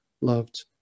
loved